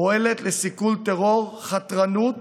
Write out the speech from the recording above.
פועלת לסיכול טרור, חתרנות